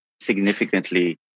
significantly